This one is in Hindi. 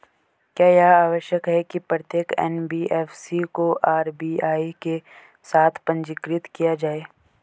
क्या यह आवश्यक है कि प्रत्येक एन.बी.एफ.सी को आर.बी.आई के साथ पंजीकृत किया जाए?